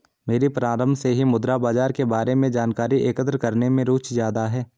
मेरी प्रारम्भ से ही मुद्रा बाजार के बारे में जानकारी एकत्र करने में रुचि ज्यादा है